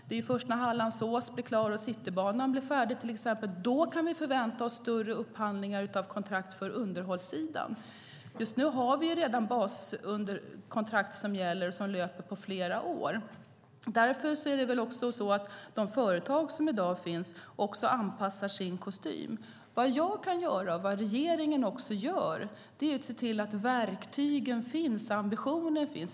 Det är först när Hallandsås och Citybanan blir färdiga som vi kan förvänta oss större upphandlingar av kontrakt för underhållssidan. Vi har redan baskontrakt som gäller och som löper på flera år. Därför anpassar de företag som i dag finns sin kostym efter detta. Det jag och regeringen kan göra, och också gör, är att se till att verktygen och ambitionen finns.